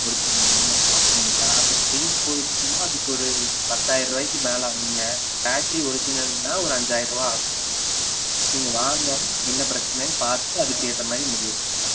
original இல்லல்லை அப்படிங்களா அப்போ ஸ்க்ரீன் போயிடுச்சுனால் அதுக்கு ஒரு பத்தாயிரம் ருபாய்க்கு மேலே ஆகுங்க பேட்ரி ஒர்ஜினல்னால் ஒரு அஞ்சாயிரம் ருபா ஆகும் நீங்கள் வாங்க என்ன பிரச்சினைனு பார்த்துட்டு அதுக்கேற்ற மாதிரி முடிவு எடுத்துக்கலாங்க